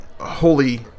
holy